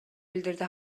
билдирди